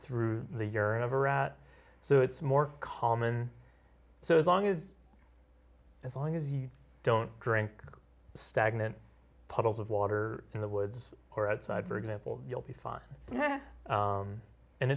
through the urine of arat so it's more common so as long as as long as you don't drink stagnant puddles of water in the woods or outside for example you'll be fine